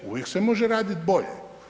Uvijek se može raditi bolje.